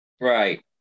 right